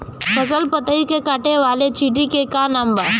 फसल पतियो के काटे वाले चिटि के का नाव बा?